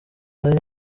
ntari